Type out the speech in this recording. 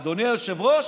אדוני היושב-ראש,